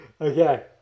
Okay